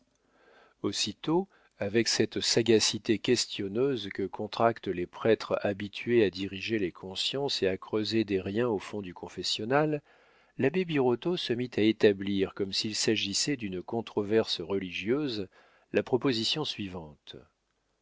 aussitôt avec cette sagacité questionneuse que contractent les prêtres habitués à diriger les consciences et à creuser des riens au fond du confessionnal l'abbé birotteau se mit à établir comme s'il s'agissait d'une controverse religieuse la proposition suivante